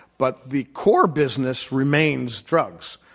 but the core business remains drugs.